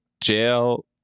jail